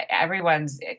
everyone's